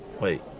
Wait